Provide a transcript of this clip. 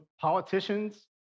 politicians